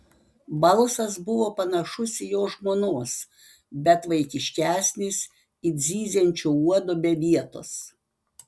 balsas buvo panašus į jo žmonos bet vaikiškesnis it zyziančio uodo be vietos